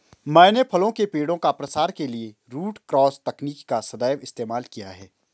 मैंने फलों के पेड़ का प्रसार के लिए रूट क्रॉस तकनीक का सदैव इस्तेमाल किया है